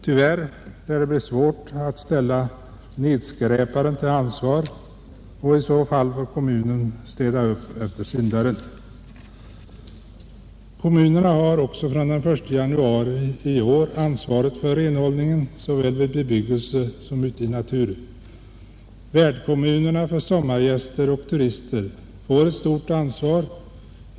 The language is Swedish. Tyvärr lär det bli svårt att ställa nedskräparen till ansvar, och i så fall får kommunen städa upp efter syndaren. Kommunerna har också från den 1 januari i år ansvaret för renhållningen såväl vid bebyggelse som ute i naturen. Värdkommunerna för sommargäster och turister får ett stort ansvar.